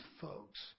folks